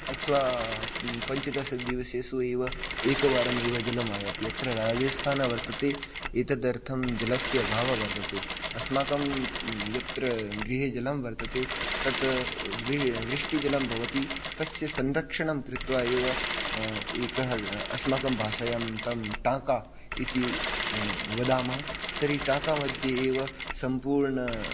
अथवा पञ्चदशदिवसेषु एव एकवारमेव जलम् आयाति यत्र राजस्थान वर्तते एतदर्थं जलस्य अभावः वर्तते अस्माकं यत्र गृहे जलं वर्तते तत वृ वृष्टिजलं भवति तस्य संरक्षणं कृत्वा एव एकः अस्माकं भाषायां तं टाका इति वदामः तर्हि टाकामध्ये एव सम्पूर्ण